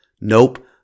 Nope